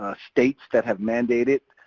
states that have mandated.